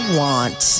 want